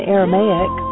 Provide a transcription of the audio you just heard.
Aramaic